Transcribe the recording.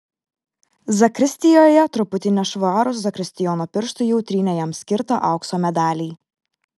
zakristijoje truputį nešvarūs zakristijono pirštai jau trynė jam skirtą aukso medalį